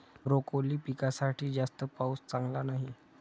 broccoli पिकासाठी जास्त पाऊस चांगला नाही